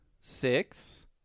Six